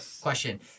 question